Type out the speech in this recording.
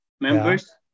members